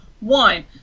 one